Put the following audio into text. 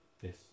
Yes